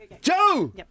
Joe